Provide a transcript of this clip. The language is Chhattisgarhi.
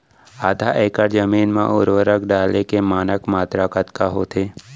आधा एकड़ जमीन मा उर्वरक डाले के मानक मात्रा कतका होथे?